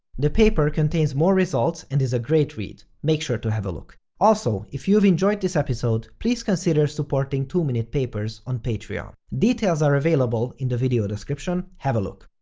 the paper contains more results and is a great read, make sure to have a look. also, if you've enjoyed this episode, please consider supporting two minute papers on patreon. details are available in the video description, have a look!